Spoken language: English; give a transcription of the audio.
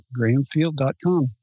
grahamfield.com